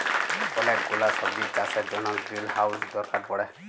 ওলেক গুলা সবজির চাষের জনহ গ্রিলহাউজ দরকার পড়ে